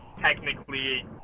technically